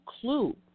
clue